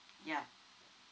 yeah